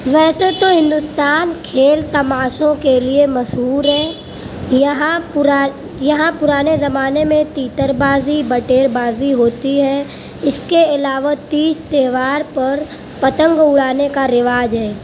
ویسے تو ہندوستان کھیل تماشوں کے لئے مشہور ہے یہاں پورا یہاں پرانے زمانے میں تیتر بازی بٹیر بازی ہوتی ہے اس کے علاوہ تیج تہوار پر پتنگ اڑانے کا رواج ہے